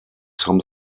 some